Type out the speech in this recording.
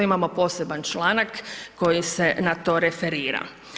Imamo poseban članak koji se na to referira.